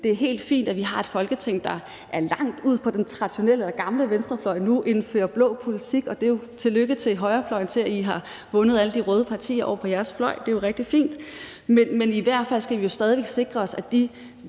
det er helt fint, at vi har et Folketing, der langt ud på den traditionelle, gamle venstrefløj nu fører blå politik – og tillykke til højrefløjen med, at I har vundet alle de røde partier over på jeres fløj, det er jo rigtig fint – men i hvert fald skal vi jo stadig væk sikre os, at de